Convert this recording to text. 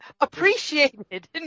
appreciated